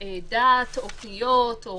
קודם כל אני מברך אתכם על מה שנעשה עד עכשיו.